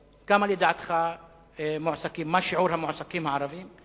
מה שיעור המועסקים הערבים?